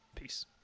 Peace